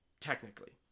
Technically